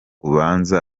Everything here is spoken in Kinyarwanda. ubanze